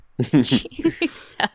Jesus